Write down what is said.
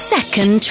Second